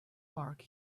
mark